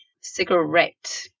cigarette